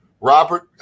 Robert